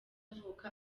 avuka